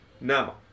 Now